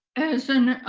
as an